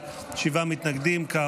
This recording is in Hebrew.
רון כץ?